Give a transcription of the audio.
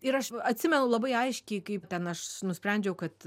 ir aš atsimenu labai aiškiai kaip ten aš nusprendžiau kad